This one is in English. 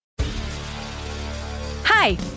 Hi